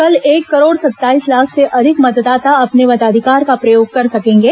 कल एक करोड़ सत्ताईस लाख से अधिक मतदाता अपने मताधिकार का प्रयोग कर सकेंगे